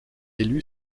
élue